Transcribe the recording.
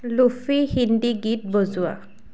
lo-fi Hindi গীত বজোৱা